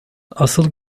asıl